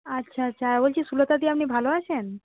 আচ্ছা আচ্ছা বলছি সুলতাদি আপনি ভালো আছেন